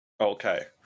Okay